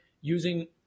using